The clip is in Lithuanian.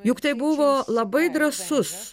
juk tai buvo labai drąsus